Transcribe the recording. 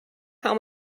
how